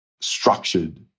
structured